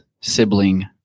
sibling